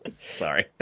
Sorry